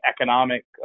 economic